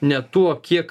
ne tuo kiek